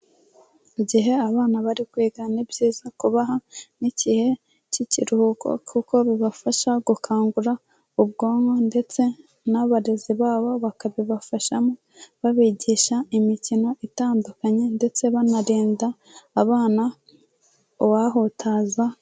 Igihe abana bari kwiga ni byiza kubaha n'igihe cy'ikiruhuko kuko bibafasha gukangura ubwonko, ndetse n'abarezi babo bakabibafashamo babigisha imikino itandukanye, ndetse banarinda abana uwahutaza.